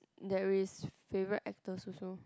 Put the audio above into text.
there is favourite actors also